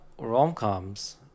rom-coms